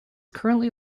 currently